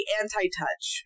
anti-touch